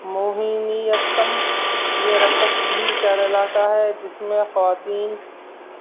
موہنیتم یہ رقص بھی کیرل کا ہے جس میں خواتین